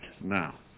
now